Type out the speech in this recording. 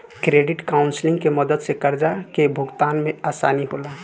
credit counselling के मदद से कर्जा के भुगतान में आसानी होला